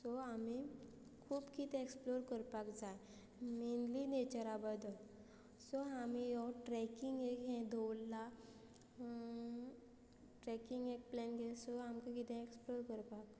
so आमी खूब कितें एक्सप्लोर करपाक जाय मेनली नेचरा बद्दल सो आमी हो ट्रेकिंग एक हें दवरला ट्रॅकिंग एक प्लॅन घे सो आमकां कितें एक्सप्लोर करपाक